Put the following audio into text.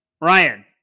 Ryan